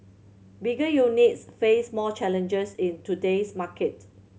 bigger units face more challenges in today's market